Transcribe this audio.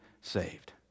saved